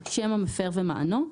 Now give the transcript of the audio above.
שם המפר ומענו.